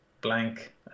blank